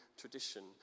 tradition